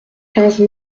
quinze